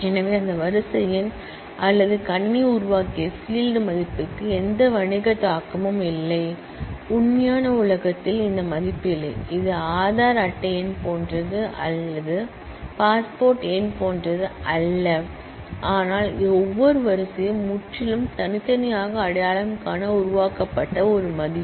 எனவே அந்த வரிசை எண் அல்லது கம்ப்யுட்டர் உருவாக்கிய ஃபீல்ட் மதிப்புக்கு எந்த வணிக தாக்கமும் இல்லை ரியல் வேர்ல்டில் இந்த மதிப்பு இல்லை இது ஆதார் அட்டை எண் போன்றது அல்லது பாஸ்போர்ட் எண் போன்றது அல்ல ஆனால் இது ஒவ்வொரு ரோவும் முற்றிலும் தனித்தனியாக அடையாளம் காண உருவாக்கப்பட்ட ஒரு மதிப்பு